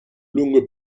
lungo